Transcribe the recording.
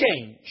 change